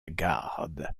garde